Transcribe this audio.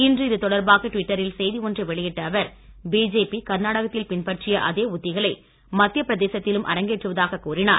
இன்று இதுதொடர்பாக டிவிட்டரில் செய்தி ஒன்றை வெளியிட்ட அவர் பிஜேபி கர்நாடகத்தில் பின்பற்றிய அதே உத்திகளை மத்திய பிரதேசத்திலும் அரங்கேற்றுவதாக கூறினார்